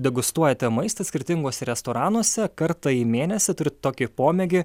degustuojate maistą skirtinguose restoranuose kartą į mėnesį turit tokį pomėgį